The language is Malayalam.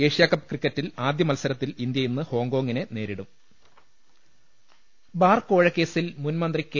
ഏഷ്യാകപ്പ് ക്രിക്കറ്റിൽ ആദ്യ മത്സരത്തിൽ ഇന്ത്യ ഇന്ന് ഹോങ്കോങ്ങിനെ നേരിടും ബാർകോഴക്കേസിൽ മുൻമന്ത്രി കെ